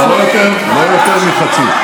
אבל לא יותר, לא יותר מחצי.